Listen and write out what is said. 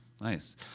nice